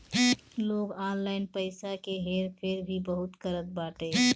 लोग ऑनलाइन पईसा के हेर फेर भी बहुत करत बाटे